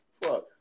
Fuck